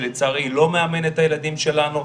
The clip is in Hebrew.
שלצערי לא מאמן את הילדים שלנו.